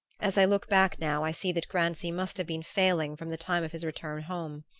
as i look back now i see that grancy must have been failing from the time of his return home.